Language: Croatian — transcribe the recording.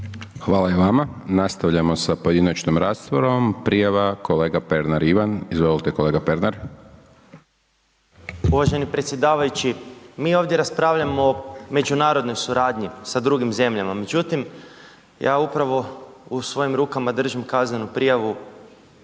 Hvala i vama. Nastavljamo sa pojedinačnom raspravom, prijava kolega Pernar Ivan, izvolite kolega Pernar. **Pernar, Ivan (Nezavisni)** Uvaženi predsjedavajući, mi ovdje raspravljamo o međunarodnoj suradnji s drugim zemljama međutim ja upravo u svojim rukama držim kaznenu prijavu